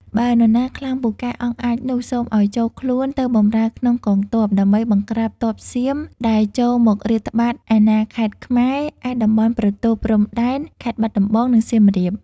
បើនរណាខ្លាំងពូកែអង់អាចនោះ សូមឲ្យចូលខ្លួនទៅបម្រើក្នុងកងទ័ព ដើម្បីបង្ក្រាបទ័ពសៀមដែលចូលមករាតត្បាតអាណាខេត្តខ្មែរ ឯតំបន់ប្រទល់ព្រំដែនខេត្តបាត់ដំបង និងសៀមរាប។